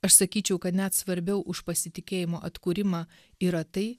aš sakyčiau kad net svarbiau už pasitikėjimo atkūrimą yra tai